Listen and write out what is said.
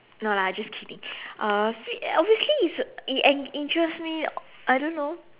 no lah I just kidding uh obviously it's it en~ interest me I don't know